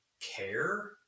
care